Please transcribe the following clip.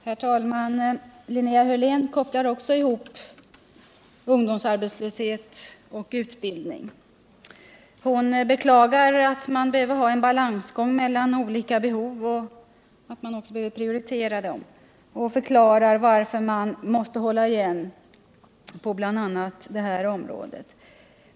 Herr talman! Linnea Hörlén kopplar också ihop ungdomsarbetslöshet och utbildning. Hon beklagar att man behöver ha en balansgång mellan olika behov och att man måste prioritera och förklarar varför man måste hålla igen på bl.a. det här området.